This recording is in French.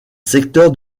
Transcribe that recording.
secteur